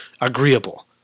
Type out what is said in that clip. agreeable